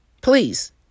please